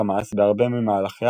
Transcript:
חמאס, בהרבה ממהלכיה,